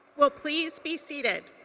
will please be seated.